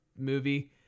movie